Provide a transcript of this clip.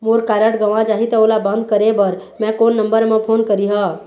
मोर card गंवा जाही त ओला बंद करें बर मैं कोन नंबर म फोन करिह?